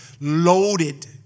loaded